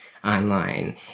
online